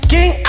King